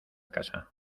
casa